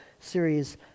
series